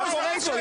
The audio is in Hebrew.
מה קורה איתו?